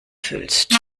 fühlst